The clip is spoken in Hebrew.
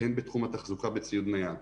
הן בתחום התחזוקה בציוד נייד,